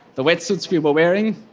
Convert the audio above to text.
the wetsuits we were wearing,